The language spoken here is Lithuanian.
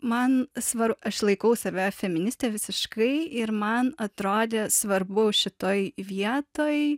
man svar aš laikau save feministe visiškai ir man atrodė svarbu šitoj vietoj